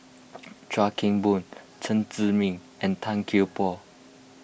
Chuan Keng Boon Chen Zhiming and Tan Kian Por